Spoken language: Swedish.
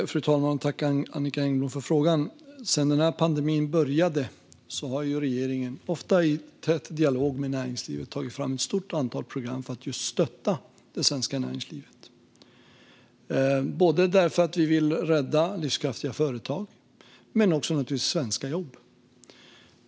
Fru talman! Tack, Annicka Engblom, för frågan! Sedan pandemin började har regeringen, ofta i tät dialog med näringslivet, tagit fram ett stort antal program för att stötta det svenska näringslivet, därför att vi vill rädda livskraftiga företag men naturligtvis också svenska jobb.